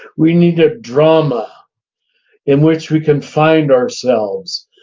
we need a drama in which we can find ourselves.